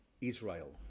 Israel